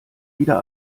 wieder